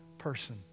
person